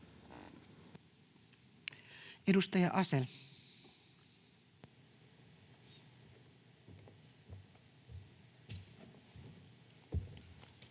Edustaja Asell.